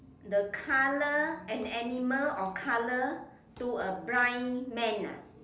the colour and animal or colour to a blind man ah